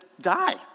die